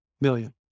million